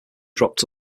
dropped